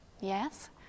Yes